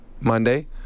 Monday